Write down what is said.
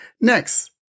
Next